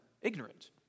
ignorant